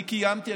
אני קיימתי,